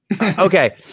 Okay